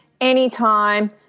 anytime